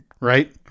right